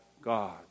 God